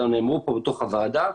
הם גם נאמרו פה בתוך הוועדה,